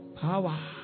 power